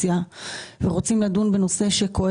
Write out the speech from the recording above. קודם